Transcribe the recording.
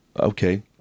okay